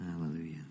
Hallelujah